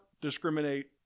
discriminate